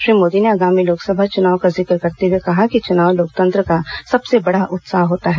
श्री मोदी ने आगामी लोकसभा चुनाव का जिक्र करते हुए कहा कि चुनाव लोकतंत्र का सबसे बड़ा उत्साह होता है